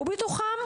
ובתוך זה,